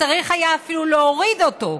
צריך היה אפילו להוריד אותו.